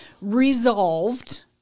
resolved